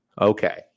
Okay